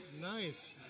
nice